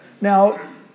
Now